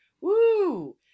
Woo